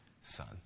son